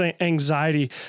anxiety